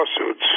lawsuits